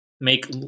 make